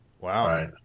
Wow